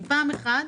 פעם אחת,